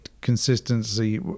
consistency